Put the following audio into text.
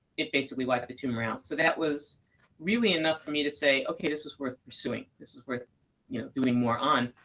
it basically wiped the tumor out. so that was really enough for me to say okay, this is worth pursuing. this is worth yeah doing more on.